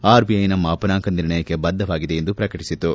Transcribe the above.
ಆರ್ಬಿಐನ ಮಾಪನಾಂಕ ನಿರ್ಣಯಕ್ಕೆ ಬದ್ದವಾಗಿದೆ ಎಂದು ಪ್ರಕಟಿಸಿತು